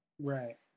Right